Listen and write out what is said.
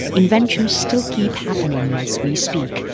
inventions still keep happening as we speak,